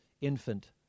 infant